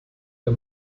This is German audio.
der